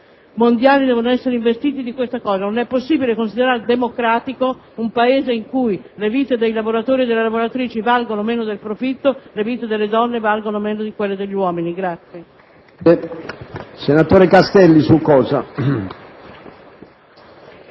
mondiali devono essere investiti di tale questione: non è possibile considerare democratico un Paese in cui le vite dei lavoratori e delle lavoratrici valgono meno del profitto e dove le vite delle donne valgono meno di quelle degli uomini. *(Applausi dai